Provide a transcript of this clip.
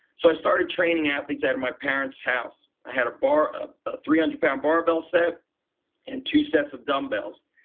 so i started training athletes at my parents' house. i had a ah ah three hundred pound bar bell set and two sets of dumbbells.